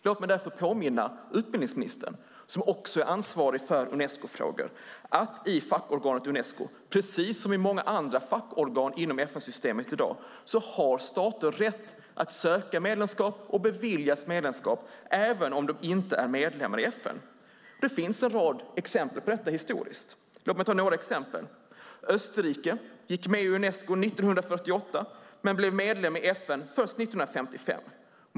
Låt mig därför påminna utbildningsministern, som också är ansvarig för Unescofrågor, att i fackorganet Unesco, precis som i många andra fackorgan inom FN-systemet i dag, har stater rätt att söka medlemskap och beviljas medlemskap även om de inte är medlemmar i FN. Det finns en rad exempel på detta historiskt, låt mig ta några. Österrike gick med i Unesco 1948 men blev medlem i FN först 1955.